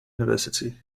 university